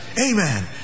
Amen